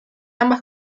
ambas